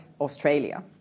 Australia